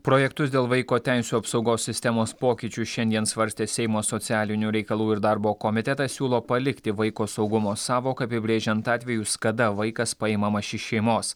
projektus dėl vaiko teisių apsaugos sistemos pokyčių šiandien svarstė seimo socialinių reikalų ir darbo komitetas siūlo palikti vaiko saugumo sąvoką apibrėžiant atvejus kada vaikas paimamas iš šeimos